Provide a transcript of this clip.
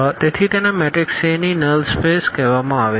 તેથી તેને matrix A ની નલ સ્પેસ કહેવામાં આવે છે